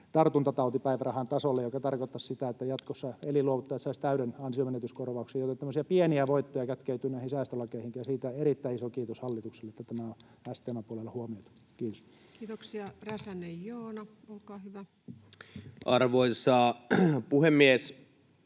tartuntatautipäivärahan tasolle, mikä tarkoittaisi sitä, että jatkossa elinluovuttaja saisi täyden ansionmenetyskorvauksen. Tämmöisiä pieniä voittoja kätkeytyy näihin säästölakeihin, ja siitä erittäin iso kiitos hallitukselle, että tämä on STM:n puolella huomioitu. — Kiitos. [Speech 350] Speaker: Ensimmäinen varapuhemies